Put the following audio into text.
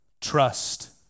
trust